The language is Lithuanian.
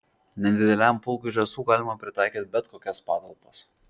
nedideliam pulkui žąsų galima pritaikyti bet kokias patalpas